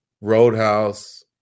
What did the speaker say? roadhouse